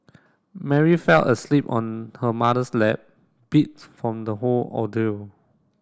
Mary fell asleep on her mother's lap beat from the whole ordeal